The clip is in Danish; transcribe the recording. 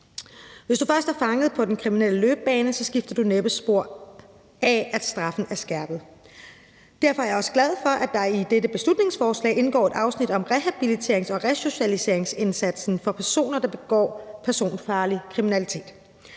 Hvis du først er fanget i den kriminelle løbebane, skifter du næppe spor af, at straffen er skærpet. Derfor er jeg også glad for, at der i dette beslutningsforslag indgår et afsnit om rehabiliterings- og resocialiseringindsatsen for personer, der begår personfarlig kriminalitet.